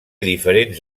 diferents